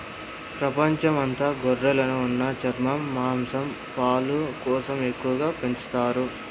ప్రపంచం అంత గొర్రెలను ఉన్ని, చర్మం, మాంసం, పాలు కోసం ఎక్కువగా పెంచుతారు